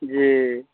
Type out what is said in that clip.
जी